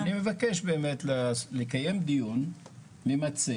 אז אני מבקש באמת לקיים דיון ממצה.